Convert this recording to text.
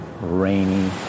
rainy